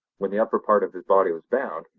when the upper part of his body was bound,